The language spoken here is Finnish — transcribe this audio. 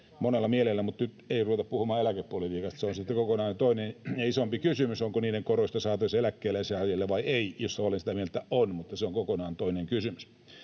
monessa mielessä, mutta nyt ei ruveta puhumaan eläkepolitiikasta. Se on sitten kokonaan toinen ja isompi kysymys, onko niiden koroista saatavissa eläkkeensaajille vai ei — mistä olen sitä mieltä, että on, mutta se on kokonaan toinen kysymys.